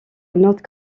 note